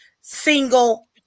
single